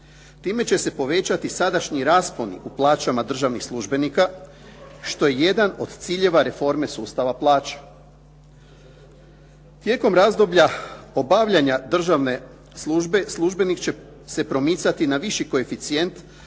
Time će se povećati sadašnji rasponi u plaćama državnih službenika što je jedan od ciljeva reforme sustava plaće. Tijekom razdoblja obavljanja državne službe službenik će se promicati na viši koeficijent